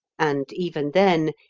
and even then,